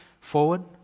forward